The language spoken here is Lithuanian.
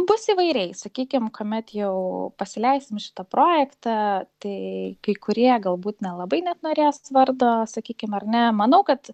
bus įvairiai sakykim kuomet jau pasileisim šitą projektą tai kai kurie galbūt nelabai net norės vardo sakykim ar ne manau kad